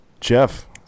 jeff